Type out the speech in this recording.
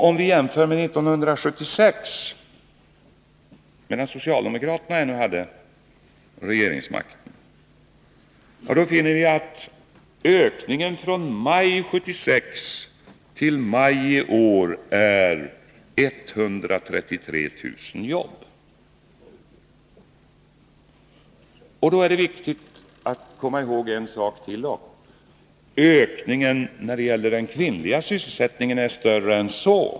Om vi jämför med 1976, medan socialdemokraterna ännu hade regeringsmakten, finner vi att ökningen från maj 1976 till maj i år är 133 000 jobb. Då är det viktigt att komma ihåg en sak till: Ökningen när det gäller den kvinnliga sysselsättningen är större än så.